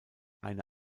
eine